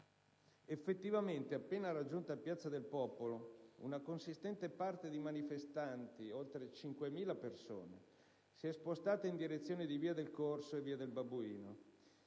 Effettivamente, appena raggiunta piazza del Popolo, una consistente parte di manifestanti, oltre 5.000 persone, si è spostata in direzione di via del Corso e via del Babuino.